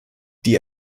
die